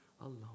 alone